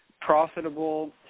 profitable